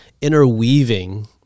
interweaving